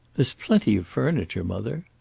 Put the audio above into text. there's plenty of furniture, mother.